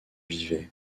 vivaient